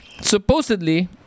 supposedly